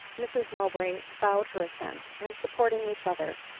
mrs. mowbray bowed her assent and, supporting each other,